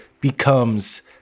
becomes